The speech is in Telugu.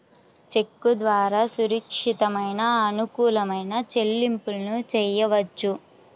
చెక్కు ద్వారా సురక్షితమైన, అనుకూలమైన చెల్లింపులను చెయ్యొచ్చు